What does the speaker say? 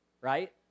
right